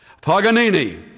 Paganini